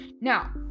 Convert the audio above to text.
Now